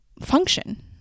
function